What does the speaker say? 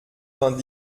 vingt